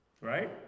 right